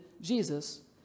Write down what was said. Jesus